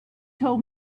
told